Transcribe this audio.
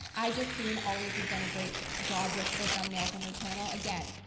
ijustine always has done a great job with her thumbnails on her channel. again,